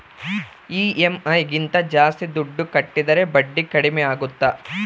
EMI ಗಿಂತ ಜಾಸ್ತಿ ದುಡ್ಡು ಕಟ್ಟಿದರೆ ಬಡ್ಡಿ ಕಡಿಮೆ ಆಗುತ್ತಾ?